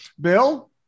Bill